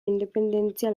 independentzia